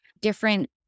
different